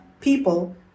people